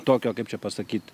tokio kaip čia pasakyt